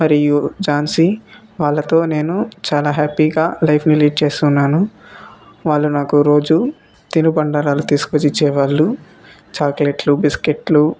మరియు ఝాన్సీ వాళ్ళతో నేను చాల హ్యాపీగా లైఫ్ని లీడ్ చేస్తున్నాను వాళ్ళు నాకు రోజు తినుబండారాలు తీసుకొచ్చి ఇచ్చేవాళ్ళు చాక్లెట్లు బిస్కెట్లు